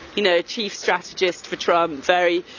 you know chief strategist for trump and very,